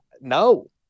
no